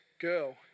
girl